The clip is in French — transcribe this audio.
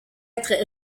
être